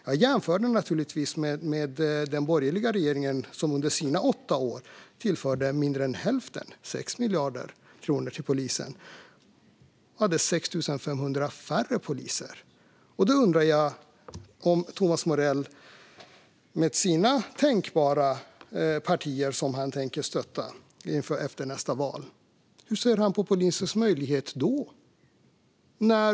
Jag jämför med den borgerliga regeringen som under sina åtta år tillförde mindre än hälften, 6 miljarder kronor, till polisen och hade 6 500 färre poliser. Jag undrar över de partier som Thomas Morell kan tänka sig att stötta efter nästa val. Hur ser han på polisens möjlighet då?